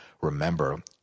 Remember